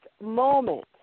moment